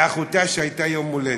לאחותה, שהיה לה יום הולדת.